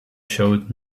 showed